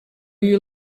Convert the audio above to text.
you